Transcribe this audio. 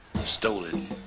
stolen